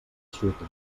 eixuta